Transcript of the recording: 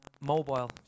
Mobile